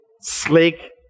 slick